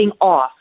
off